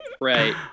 Right